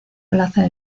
plaza